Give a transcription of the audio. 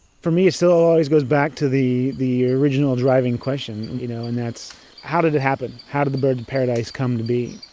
for me it so always goes back to the the original driving question you know and that's how did it happen? how did the birds-of-paradise come to be?